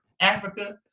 Africa